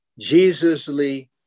Jesusly